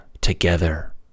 together